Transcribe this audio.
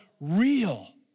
real